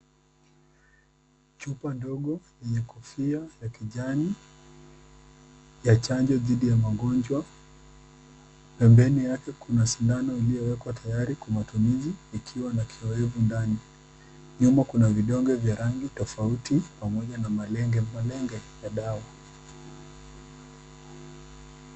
Chupa ndogo yenye kofia ya kijani ya chanjo dhidi ya magonjwa ,pembeni yake kuna sindano iliyowekwa tayari kwa matumizi ikiwa na kiyowevu ndani. Nyuma kuna vidonge vya rangi tofauti pamoja na malenge ya dawa.